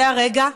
זה הרגע.